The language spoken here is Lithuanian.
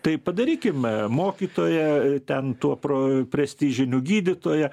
tai padarykim mokytoją ten tuo pro prestižiniu gydytoją